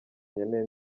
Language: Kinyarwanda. nkeneye